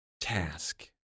task